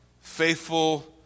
faithful